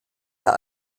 der